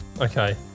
Okay